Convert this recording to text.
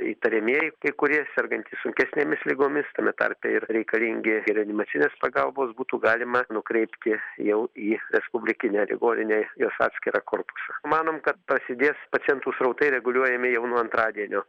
įtariamieji kai kurie sergantys sunkesnėmis ligomis tame tarpe ir reikalingi reanimacinės pagalbos būtų galima nukreipti jau į respublikinę ligoninę jos atskirą korpusą manom kad prasidės pacientų srautai reguliuojami jau nuo antradienio